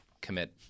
commit